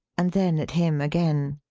and then at him again.